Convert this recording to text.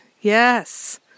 Yes